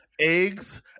eggs